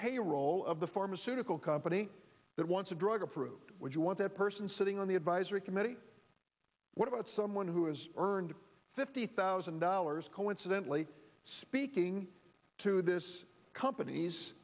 payroll of the pharmaceutical company that wants a drug approved would you want that person sitting on the advisory committee what about someone who has earned fifty thousand dollars coincidently speaking to this company's